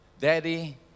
Daddy